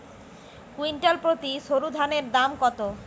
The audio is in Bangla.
কুইন্টাল প্রতি সরুধানের দাম কত?